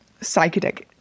psychedelic